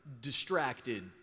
distracted